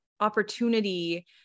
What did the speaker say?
opportunity